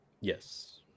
yes